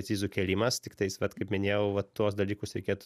akcizų kėlimas tiktais vat kaip minėjau va tuos dalykus reikėtų